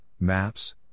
Maps